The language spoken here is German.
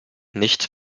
nicht